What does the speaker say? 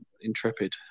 intrepid